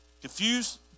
confused